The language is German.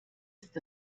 ist